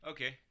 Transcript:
Okay